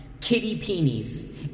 kitty-peenies